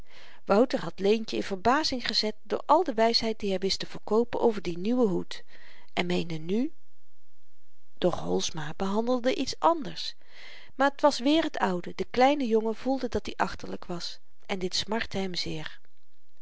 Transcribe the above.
wouter had leentje in verbazing gezet door al de wysheid die hy wist te verkoopen over dien nieuwen hoed en meende nu doch holsma behandelde iets anders maar t was weer het oude de kleine jongen voelde dat-i achterlyk was en dit smartte hem zeer